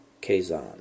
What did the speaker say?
Kazan